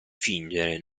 fingere